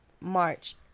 March